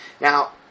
Now